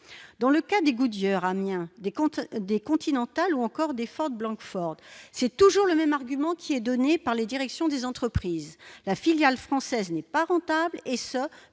dans le cas des Goodyear Amiens décompte des Continental ou encore des Blanquefort, c'est toujours le même argument qui est donné par les directions des entreprises, la filiale française n'est pas rentable et ce